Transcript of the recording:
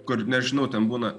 kur nežinau ten būna